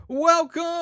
Welcome